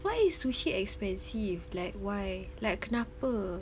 why is sushi expensive like why like kenapa